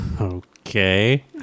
Okay